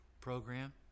program